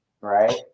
right